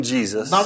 Jesus